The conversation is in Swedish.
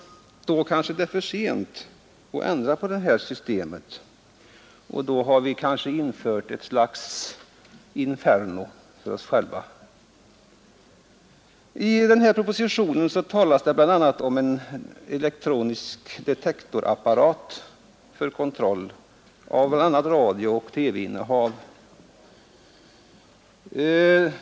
Då kanske det är för sent att ändra på det här systemet, och då har vi kanske infört ett slags inferno för oss själva. I propositionen talas det om en elektronisk detektor för kontroll av bl.a. radiooch TV-innehav.